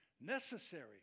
necessary